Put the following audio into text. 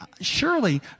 surely